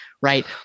right